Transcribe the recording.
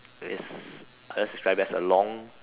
is unless is right as a long